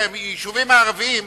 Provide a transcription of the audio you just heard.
ביישובים הערביים,